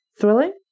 Thrilling